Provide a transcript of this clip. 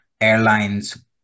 airlines